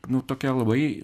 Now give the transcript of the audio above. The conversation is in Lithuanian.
nu tokia labai